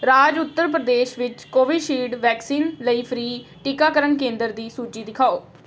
ਰਾਜ ਉੱਤਰ ਪ੍ਰਦੇਸ਼ ਵਿੱਚ ਕੋਵਿਸ਼ਿਲਡ ਵੈਕਸੀਨ ਲਈ ਫ੍ਰੀ ਟੀਕਾਕਰਨ ਕੇਂਦਰ ਦੀ ਸੂਚੀ ਦਿਖਾਓ